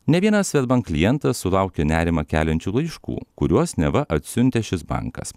ne vienas swedbank klientas sulaukė nerimą keliančių laiškų kuriuos neva atsiuntė šis bankas